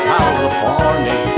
California